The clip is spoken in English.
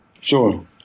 sure